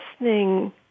listening